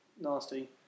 nasty